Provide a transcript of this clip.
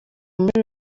muri